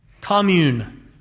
commune